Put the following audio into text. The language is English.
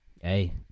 hey